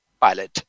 pilot